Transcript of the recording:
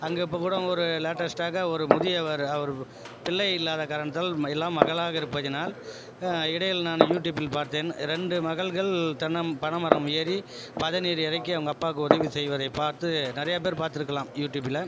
அங்கே இப்போ கூட ஒரு லேட்டெஸ்ட்டாக ஒரு முதியவர் அவர் பிள்ளையில்லாத காரணத்தால் எல்லாம் மகளாக இருப்பதினால் இடையில் நான் யூடுயூப்பில் பார்த்தேன் ரெண்டு மகள்கள் தினம் பனைமரம் ஏறி பதநீர் இறக்க அவங்க அப்பாவுக்கு உதவி செய்வதை பார்த்து நிறைய பேர் பார்த்துருக்கலாம் யூடுயூப்பில்